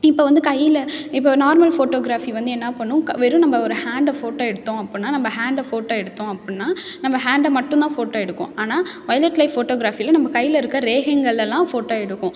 இப்போ வந்து கையில் இப்போ நார்மல் ஃபோட்டோகிராஃபி வந்து என்ன பண்ணும் க வெறும் நம்ம ஒரு ஹேண்டை ஃபோட்டோ எடுத்தோம் அப்புடின்னா நம்ம ஹேண்டை ஃபோட்டோ எடுத்தோம் அப்புடின்னா நம்ம ஹேண்டை மட்டும் தான் ஃபோட்டோ எடுக்கும் ஆனால் வொய்லெட் லைஃப் ஃபோட்டோகிராஃபியில் நம்ம கையில் இருக்கற ரேகைங்களெல்லாம் ஃபோட்டோ எடுக்கும்